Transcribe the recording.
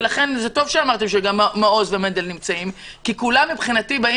לכן זה טוב שאמרתם שגם מעוז ומנדל נמצאים כי כולם באים